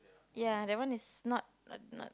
yea that one is not not not